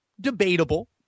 debatable